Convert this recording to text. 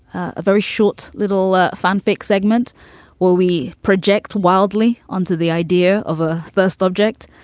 a very short little ah fanfic segment where we project wildly onto the idea of a first object.